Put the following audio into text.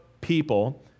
people